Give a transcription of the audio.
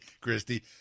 Christy